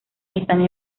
están